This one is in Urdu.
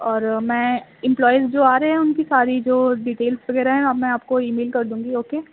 اور میں امپلائز جو آ رہے ہیں ان کی ساری جو ڈیٹیلس وغیرہ ہیں اب میں آپ کو ای میل کر دوں گی اوکے